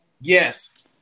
Yes